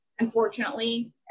Unfortunately